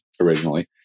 originally